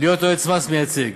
להיות יועץ מס מייצג.